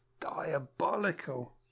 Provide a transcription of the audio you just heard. diabolical